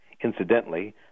Incidentally